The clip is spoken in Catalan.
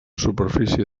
superfície